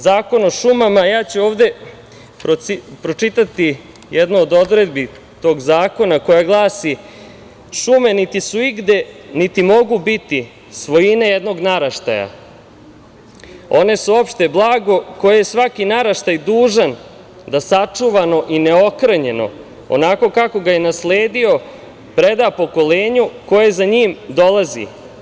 Zakon o šumama, a ja ću ovde pročitati jednu od odredbi tog zakona, koji glasi – šume niti su igde, niti mogu biti svojine jednog naraštaja, one su opšte blago koje svaki naraštaj dužan da sačuvano i neokrnjeno, onako kako ga je nasledio, preda pokolenju koje za njim dolazi.